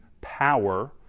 power